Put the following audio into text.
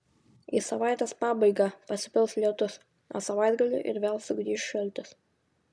į savaitės pabaigą pasipils lietus o savaitgalį ir vėl sugrįš šaltis